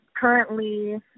Currently